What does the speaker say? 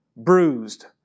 bruised